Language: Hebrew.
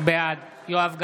בעד יואב גלנט,